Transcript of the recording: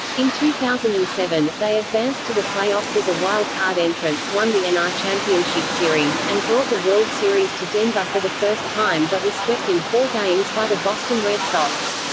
in two thousand and seven, they advanced to the playoffs as a wild-card entrant, won the nl ah championship series, and brought the world series to denver for the first time but were swept in four games by the boston red sox.